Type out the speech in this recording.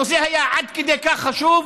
הנושא היה עד כדי כך חשוב,